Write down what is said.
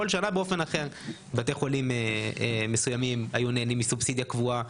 בכל שנה באופן אחר: בתי חולים מסוימים היו נהנים מסובסידיה קבועה,